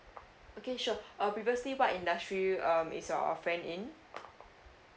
okay sure uh previously what industry um is your friend in